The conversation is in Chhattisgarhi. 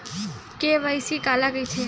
के.वाई.सी काला कइथे?